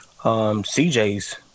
CJ's